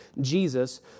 Jesus